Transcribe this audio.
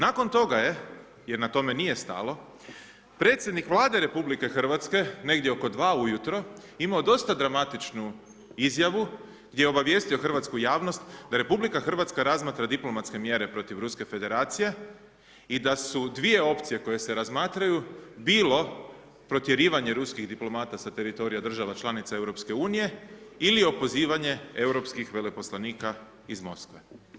Nakon toga je, jer na tome nije stalo, predsjednik Vlade RH negdje oko 2 ujutro imao dosta dramatičnu izjavu gdje je obavijestio hrvatsku javnost da RH razmatra diplomatske mjere protiv Ruske Federacije i da su dvije opcije koje se razmatraju bilo protjerivanje ruskih diplomata sa teritorija država članica EU, ili opozivanje europskih veleposlanika iz Moskve.